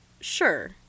Sure